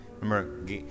Remember